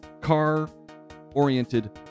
car-oriented